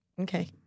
Okay